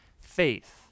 faith